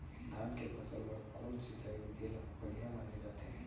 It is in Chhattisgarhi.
धान के फसल बर कोन सिंचाई विधि ला बढ़िया माने जाथे?